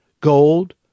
gold